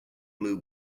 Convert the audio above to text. blue